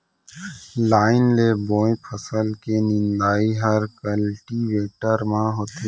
line ले बोए फसल के निंदई हर कल्टीवेटर म होथे